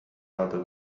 rather